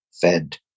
fed